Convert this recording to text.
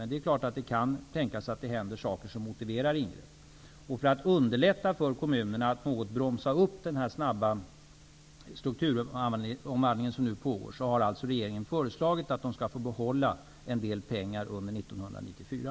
Men det är klart att det kan hända saker som motiverar ingrepp. För att underlätta för kommunerna att något bromsa upp den snabba strukturomvandling som nu pågår har alltså regeringen föreslagit att kommunerna skall få behålla en del pengar under 1994.